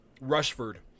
Rushford